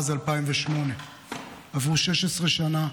עם מספר ההרוגים בתאונות הדרכים הכי גבוה מאז 2008. עברו 16 שנה,